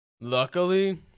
Luckily